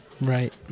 Right